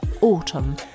autumn